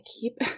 keep